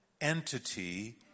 entity